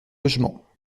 logements